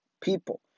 people